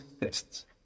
tests